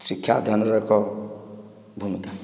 ଶିକ୍ଷା ଦାନ ର ଏକ ଭୂମିକା